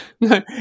no